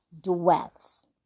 dwells